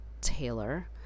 Taylor